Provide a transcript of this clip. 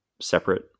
separate